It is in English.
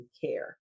care